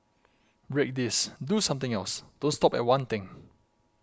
break this do something else don't stop at one thing